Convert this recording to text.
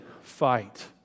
fight